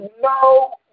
no